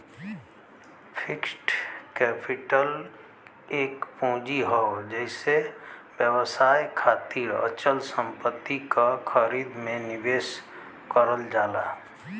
fixed capital एक पूंजी हौ जेसे व्यवसाय खातिर अचल संपत्ति क खरीद में निवेश करल जाला